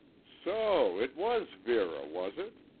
so it was vera, was it?